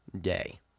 day